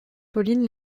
pauline